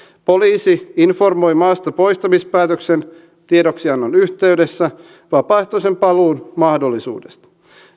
poliisi informoi maastapoistamispäätöksen tiedoksiannon yhteydessä vapaaehtoisen paluun mahdollisuudesta